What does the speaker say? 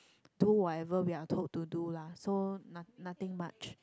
do whatever we are told to do lah so no~ nothing much